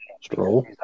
Stroll